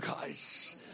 guys